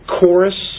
Chorus